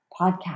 podcast